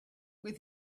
with